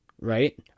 Right